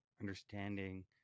understanding